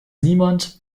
niemand